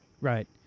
Right